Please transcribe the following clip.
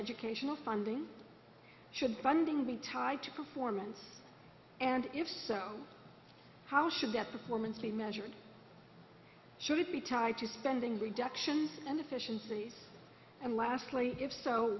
educational funding should funding be tied to performance and if so how should the performance be measured should it be tied to spending reductions and efficiencies and lastly if so